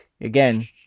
Again